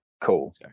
cool